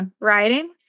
writing